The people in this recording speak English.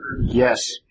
Yes